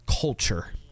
culture